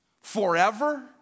forever